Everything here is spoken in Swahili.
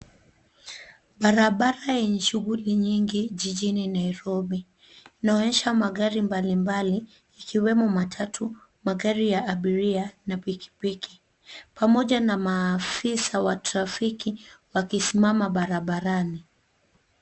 Barabara yenye shughli nyingi jijini Nairobi. Inaonyesha magari mbalimbali ikiwemo matatu, magari ya abiria na pikipiki, pamoja na maafisa wa trafiki wakisimama barabarani.